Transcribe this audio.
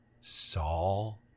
Saul